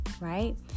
Right